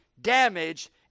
damaged